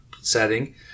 setting